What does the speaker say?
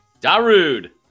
Darude